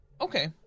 okay